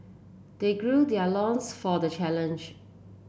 they gird their loins for the challenge